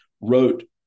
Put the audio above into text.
wrote